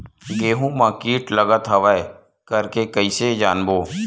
गेहूं म कीट लगत हवय करके कइसे जानबो?